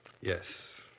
Yes